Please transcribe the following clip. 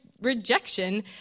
rejection